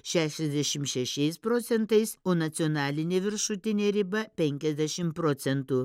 šešiasdešimt šešiais procentais o nacionalinė viršutinė riba penkiasdešimt procentų